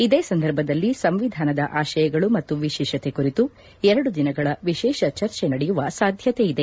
ಇದೇ ಸಂದರ್ಭದಲ್ಲಿ ಸಂವಿಧಾನದ ಆಶಯಗಳು ಮತ್ತು ವಿಶೇಷತೆ ಕುರಿತು ಎರಡು ದಿನಗಳ ವಿಶೇಷ ಚರ್ಚೆ ನಡೆಯುವ ಸಾಧ್ಯತೆ ಇದೆ